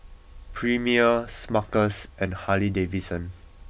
Premier Smuckers and Harley Davidson